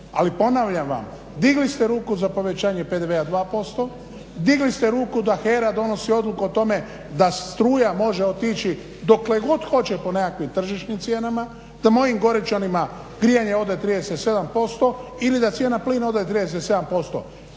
Ali ponavljam vam, digli ste ruku za povećanje PDV-a 2%, digli ste ruku da HERA donosi odluku o tome da struja može otići dokle god hoće po nekakvim tržišnim cijenama, da mojim Goričanima grijanje ode 37% ili da cijena plina ode 37%.